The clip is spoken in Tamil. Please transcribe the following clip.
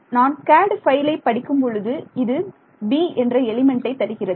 நான் CAD பைலை படிக்கும் பொழுது இது 'b' என்ற எலிமெண்ட்டை தருகிறது